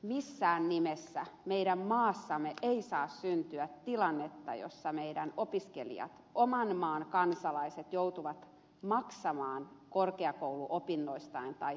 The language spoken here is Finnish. missään nimessä meidän maassamme ei saa syntyä tilannetta jossa opiskelijamme oman maan kansalaiset joutuvat maksamaan korkeakouluopinnoistaan tai peruskoulustaan